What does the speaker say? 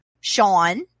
sean